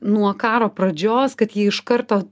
nuo karo pradžios kad ji iš karto